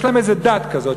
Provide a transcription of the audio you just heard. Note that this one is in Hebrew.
יש להם איזה דת כזאת,